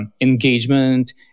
engagement